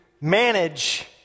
manage